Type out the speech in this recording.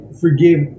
forgive